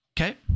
Okay